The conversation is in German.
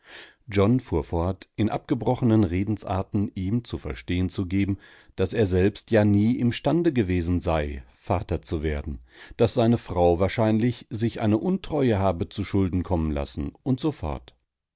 john fuhr fort in abgebrochenen redensarten ihm zu verstehen zu geben daß er selbst ja nie im stande gewesen sei vater zu werden daß seine frau wahrscheinlich sich eine untreue habe zu schulden kommen lassen und so